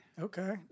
Okay